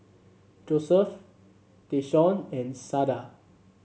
Joseph Tayshaun and Sada